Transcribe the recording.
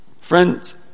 Friends